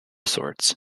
sorts